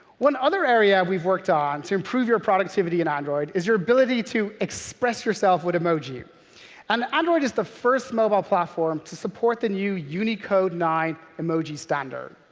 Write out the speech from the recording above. one other area we've worked on to improve your productivity in android is your ability to express yourself with emoji and android is the first mobile platform to support the new unicode nine emoji standard.